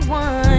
one